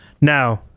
Now